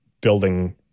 building